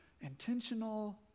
intentional